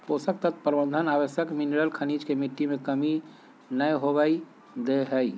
पोषक तत्व प्रबंधन आवश्यक मिनिरल खनिज के मिट्टी में कमी नै होवई दे हई